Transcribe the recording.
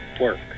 work